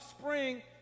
spring